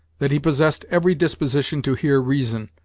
that he possessed every disposition to hear reason,